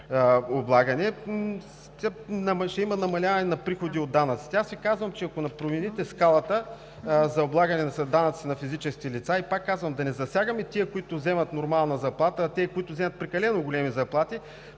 облагане. Ще има намаляване на приходите от данъци, казвам Ви, ако не промените скалата за облагането с данъци на физическите лица. Пак казвам, да не засягаме тези, които взимат нормална заплата, а за тези, които взимат прекалено големи заплати.